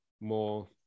more